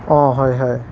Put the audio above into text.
অঁ হয় হয়